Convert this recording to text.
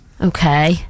Okay